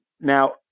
Now